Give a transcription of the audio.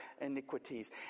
iniquities